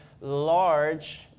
large